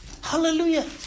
Hallelujah